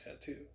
tattoo